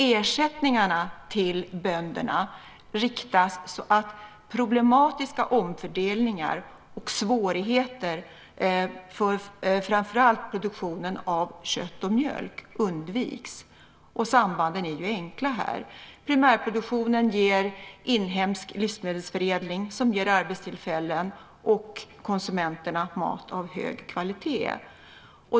Ersättningarna till bönderna riktas så att problematiska omfördelningar och svårigheter för framför allt produktionen av kött och mjölk undviks. Sambanden är enkla. Primärproduktionen ger inhemsk livsmedelsförädling som ger arbetstillfällen och konsumenterna mat av hög kvalitet.